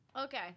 Okay